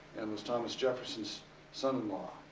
and this thomas jefferson's son-in-law.